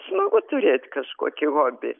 smagu turėt kažkokį hobį